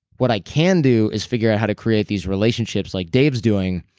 what i can do is figure out how to create these relationships like dave's doing.